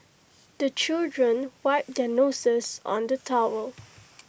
the children wipe their noses on the towel